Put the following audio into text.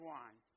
one